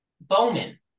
Bowman